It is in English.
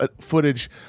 footage